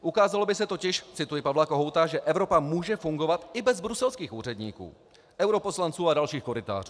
Ukázalo by se totiž, cituji Pavla Kohouta, že Evropa může fungovat i bez bruselských úředníků, europoslanců a dalších korytářů.